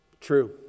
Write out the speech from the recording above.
True